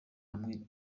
hamwe